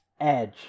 edge